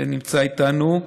שנמצא איתנו,